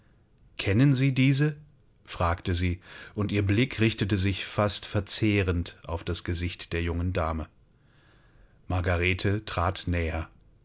kennen sie diese fragte sie und ihr blick richtete sich fast verzehrend auf das gesicht der jungen dame margarete trat näher